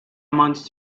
amounts